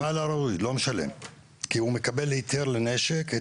מפעל ראוי לא משלם כי הוא מקבל היתר לנשק.